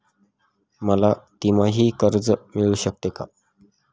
मला तिमाही कर्ज मिळू शकते का?